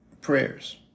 prayers